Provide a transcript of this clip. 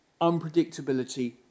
unpredictability